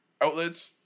outlets